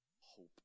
hope